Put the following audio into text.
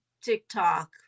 TikTok